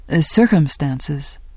circumstances